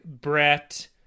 Brett